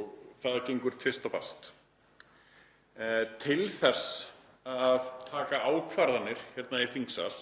og það gengur tvist og bast. Til þess að taka ákvarðanir hérna í þingsal